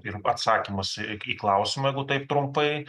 ir atsakymas į į klausimą jeigu taip trumpai